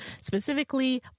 specifically